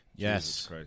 Yes